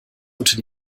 unter